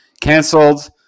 cancelled